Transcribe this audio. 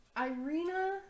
Irina